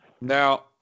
Now